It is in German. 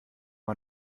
man